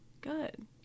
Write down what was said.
good